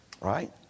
right